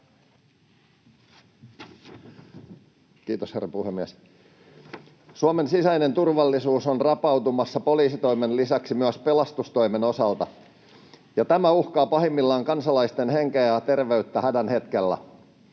Kiitos, herra puhemies! Suomen sisäinen turvallisuus on rapautumassa poliisitoimen lisäksi myös pelastustoimen osalta, ja tämä uhkaa pahimmillaan kansalaisten henkeä ja terveyttä hädän hetkellä.